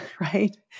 right